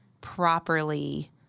properly